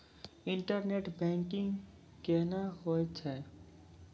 Internet banking कोना होय छै?